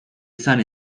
izan